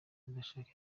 badashaka